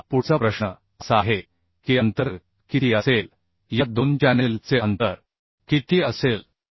आता पुढचा प्रश्न असा आहे की अंतर किती असेल या दोन चॅनेल चे अंतर किती असेल